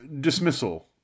dismissal